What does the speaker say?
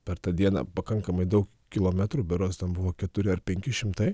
per tą dieną pakankamai daug kilometrų berods ten buvo keturi ar penki šimtai